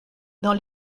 dans